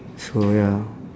so ya